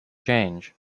change